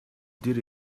did